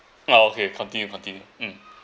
ah okay continue continue mm